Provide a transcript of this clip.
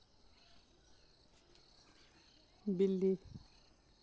बिल्ली